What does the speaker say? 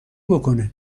بکنه